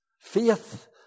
Faith